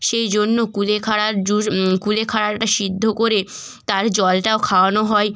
সেই জন্য কুলেখাড়ার জুস কুলেখাড়াটা সিদ্ধ করে তার জলটাও খাওয়ানো হয়